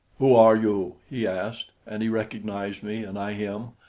who are you? he asked and he recognized me and i him,